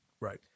Right